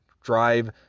drive